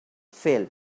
fell